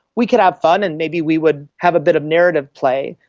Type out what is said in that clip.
we could have fun and maybe we would have a bit of narrative play,